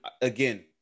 again